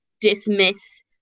dismiss